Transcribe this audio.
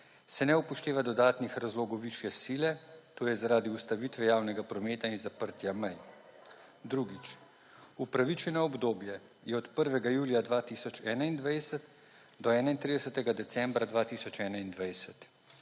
se ne upošteva dodatnih razlogov višje sile, to je zaradi ustavitve javnega prometa in zaprtja mej, drugič, upravičeno obdobje je od 1. julija 2021 do 31. decembra 2021,